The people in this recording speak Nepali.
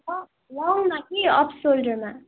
अफ् लङमा कि अफ् सोल्डरमा